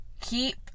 Keep